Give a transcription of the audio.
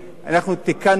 אנחנו תיקנו עוול,